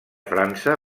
frança